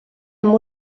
amb